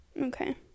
Okay